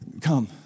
come